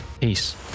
Peace